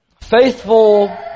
Faithful